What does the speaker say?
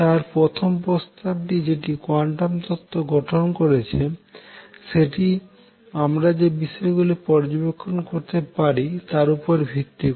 তাহার প্রথম প্রস্তাবটি যেটি কোয়ান্টাম তত্ত্ব গঠন করেছে সেটি আমরা যে বিষয়গুলি পর্যবেক্ষণ করতে পারি তার উপর ভিত্তি করে